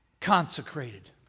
consecrated